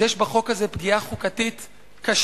אז יש בחוק הזה פגיעה חוקתית קשה,